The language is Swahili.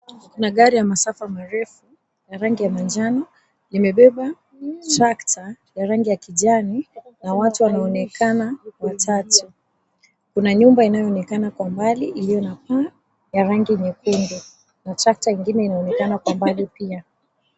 Kuna gari ya masafa marefu ya rangi ya manjano limebeba tractor ya rangi ya kijani na watu wanaonekana watatu. Kuna nyumba inayoonekana kwa mbali iliyo na paa ya rangi nyekundu na tractor ingine inaonekana kwa mbali pia.